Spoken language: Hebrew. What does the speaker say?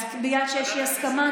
אז כיוון שיש אי-הסכמה,